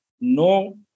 no